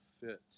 fit